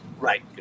Right